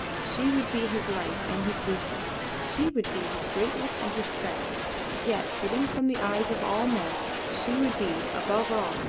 she would be his light and his wisdom she would be his greatness and his strength yet hidden from the eyes of all men she would be, above all,